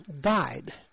died